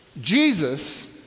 Jesus